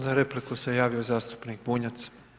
Za repliku se javio zastupnik Bunjac.